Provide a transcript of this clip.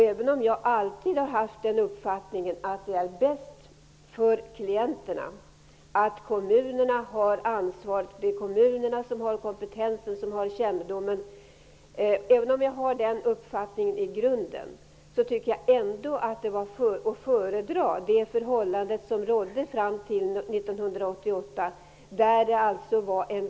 Även om jag i grunden alltid har haft uppfattningen att det är bäst för klienterna att kommunerna har ansvaret -- det är kommunerna som har kompetensen och kännedomen -- tycker jag ändå att det förhållande som rådde fram till 1988 vore att föredra.